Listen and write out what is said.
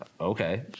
Okay